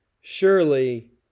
surely